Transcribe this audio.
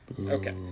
Okay